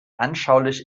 anschaulich